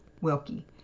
Wilkie